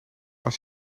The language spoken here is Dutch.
als